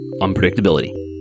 unpredictability